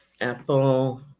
Apple